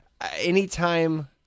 anytime